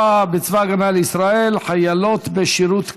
בצבא הגנה לישראל (חיילות בשירות קבע)